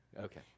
okay